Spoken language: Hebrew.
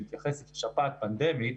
שמתייחסת לשפעת פנדמית,